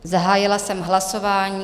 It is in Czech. Zahájila jsem hlasování.